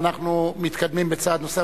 ואנחנו מתקדמים בצעד נוסף.